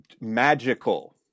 Magical